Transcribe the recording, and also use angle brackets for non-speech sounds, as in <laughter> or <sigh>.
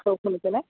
<unintelligible>